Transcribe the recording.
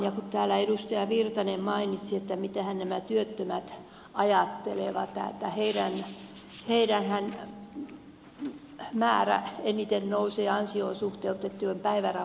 kun täällä edustaja virtanen mainitsi että mitähän nämä työttömät ajattelevat niin heidänhän tukensa eniten nousee ansioon suhteutettujen päivärahojen saajien